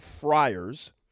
Friars